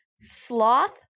Sloth